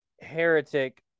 heretic